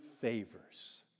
favors